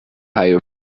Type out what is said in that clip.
higher